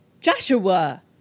Joshua